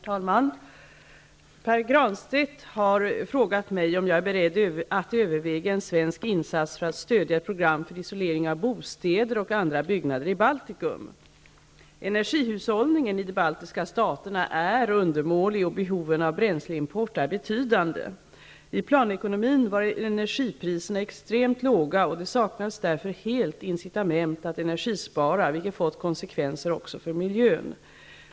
Herr talman! Pär Granstedt har frågat mig om jag är beredd att överväga en svensk insats för att stödja ett program för isolering av bostäder och andra byggnader i Baltikum. Energihushållningen i de baltiska staterna är undermålig och behoven av bränsleimport är betydande. I planekonomin var energipriserna extremt låga, och det saknades därför helt incitament att energispara, vilket fått konsekvenser också för miljön.